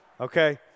Okay